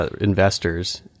investors